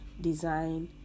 design